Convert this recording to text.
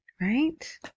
right